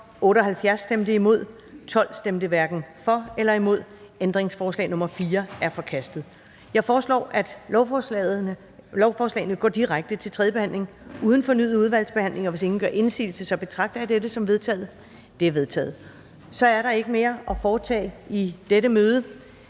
for eller imod stemte 12 (EL, FG, ALT). Ændringsforslag nr. 4 er forkastet. Jeg foreslår, at lovforslagene går direkte til tredje behandling uden fornyet udvalgsbehandling. Hvis ingen gør indsigelse, betragter jeg dette som vedtaget. Det er vedtaget. --- Kl. 15:16 Meddelelser